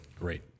Great